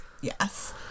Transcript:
yes